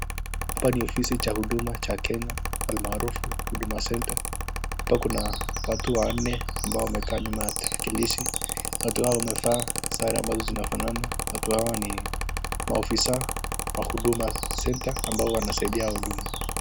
Hapa ni ofisi cha huduma cha Kenya almaarufu Huduma Centre. Hapa kuna watu wanne ambao wamekaa nyuma ya tarakilishi, watu hao wamevaa sare ambazo zimefanana watu hawa ni maafisa wa huduma Centre ambao wanasaidia huduma.